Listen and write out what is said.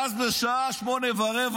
ואז בשעה 8:15,